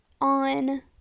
On